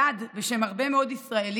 אלעד, בשם הרבה מאוד ישראלים,